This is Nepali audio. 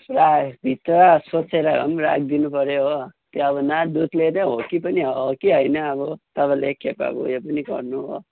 पुरा यो भित्र सोचेर भए पनि राखिदिनु पऱ्यो हो त्यो अब न दुधले नै हो कि पनि हो कि होइन अब तपाईँले एक खेप अब उयो पनि गर्नु हो